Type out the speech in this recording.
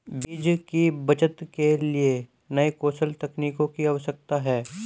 बीज की बचत के लिए नए कौशल तकनीकों की आवश्यकता है